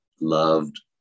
loved